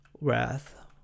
wrath